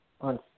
on